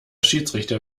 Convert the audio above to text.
schiedsrichter